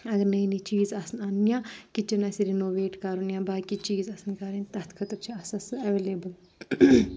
اَگر نٔے نٔے چیٖز آسن اَنٕنۍ یا کِچَن آسہِ ریٚنوویٹ کَرُن یا باقٕے چیٖز آسَن کَرٕنۍ تَتھ خٲطر چھِ آسان سُہ ایویلیبٕل